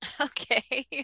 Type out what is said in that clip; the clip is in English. Okay